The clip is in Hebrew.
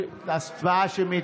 הצבעה שמית.